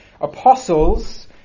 apostles